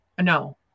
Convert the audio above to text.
no